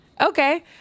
Okay